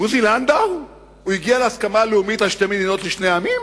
עם עוזי לנדאו הוא הגיע להסכמה לאומית על שתי מדינות לשני עמים?